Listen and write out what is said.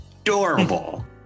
adorable